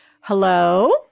Hello